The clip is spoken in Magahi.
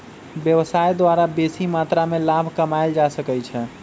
व्यवसाय द्वारा बेशी मत्रा में लाभ कमायल जा सकइ छै